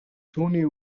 түүний